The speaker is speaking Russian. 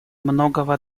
многого